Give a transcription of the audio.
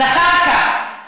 זחאלקה,